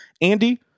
Andy